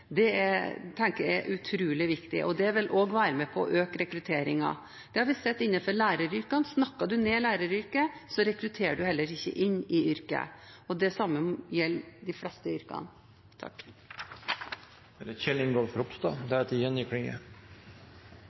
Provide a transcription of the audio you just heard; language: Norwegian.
tenker jeg er utrolig viktig, og det vil også være med på å øke rekrutteringen. Det har vi sett innenfor læreryrket. Snakker man ned læreryrket, rekrutterer man heller ikke inn i yrket. Det samme gjelder de fleste yrkene.